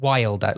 Wild